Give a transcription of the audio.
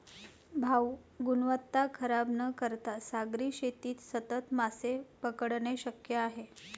भाऊ, गुणवत्ता खराब न करता सागरी शेतीत सतत मासे पकडणे शक्य आहे